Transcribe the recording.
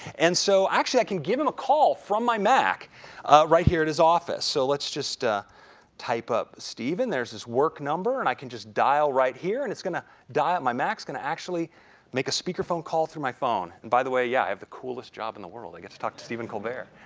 and so, actually, i can give him a call from my mac right here at his office. so, let's just ah type up steven, there's his work number and i can just dial right here and it's going to dial my mac is going to actually make a speakerphone call through my phone. and by the way, yeah, i have the coolest job in the world. i get to talk to steven colbert.